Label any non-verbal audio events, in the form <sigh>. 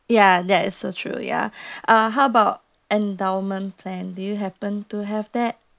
ya that is so true ya <breath> uh how about endowment plan do you happen to have that